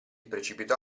precipitò